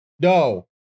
No